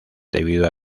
debido